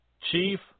Chief